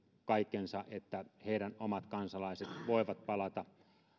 kaikkensa että heidän omat kansalaisensa voivat palata